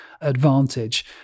advantage